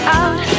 out